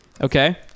Okay